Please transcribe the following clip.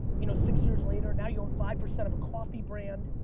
you know six years later now you own five percent of a coffee brand.